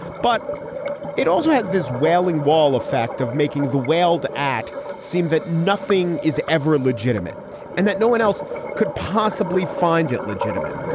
but it also has this wailing wall effect of making the whaled act seem that nothing is ever legitimate and that no one else could possibly find it legitimate.